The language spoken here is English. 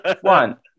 One